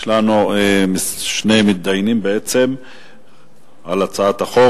יש לנו שני מתדיינים על הצעת החוק.